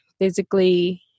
physically